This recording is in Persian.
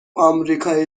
آمریکای